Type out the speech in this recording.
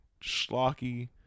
schlocky